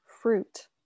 fruit